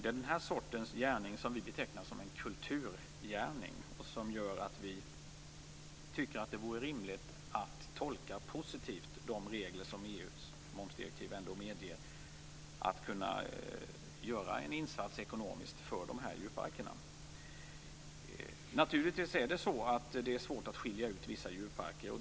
Den sortens gärning betecknar vi som en kulturgärning som gör att vi tycker att det vore rimligt att positivt tolka de regler som EU:s momsdirektiv ändå medger när det gäller att göra en insats ekonomiskt för de här djurparkerna. Naturligtvis är det svårt att skilja ut vissa djurparker.